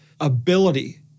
ability